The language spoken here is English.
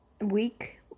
week